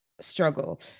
struggle